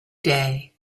day